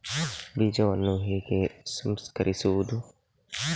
ಬೀಜವನ್ನು ಹೇಗೆ ಸಂಸ್ಕರಿಸುವುದು?